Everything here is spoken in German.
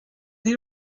die